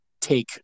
take